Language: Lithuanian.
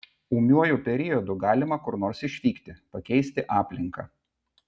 ūmiuoju periodu galima kur nors išvykti pakeisti aplinką